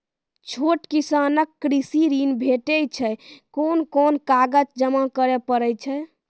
छोट किसानक कृषि ॠण भेटै छै? कून कून कागज जमा करे पड़े छै?